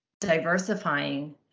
diversifying